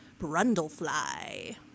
Brundlefly